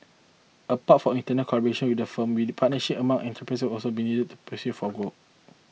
apart from internal collaboration within a firm partnership among enterprise will also be needed in their pursuit for growth